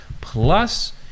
plus